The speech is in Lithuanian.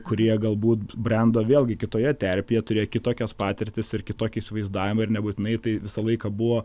kurie galbūt brendo vėlgi kitoje terpėje turėjo kitokias patirtis ir kitokį įsivaizdavimą ir nebūtinai tai visą laiką buvo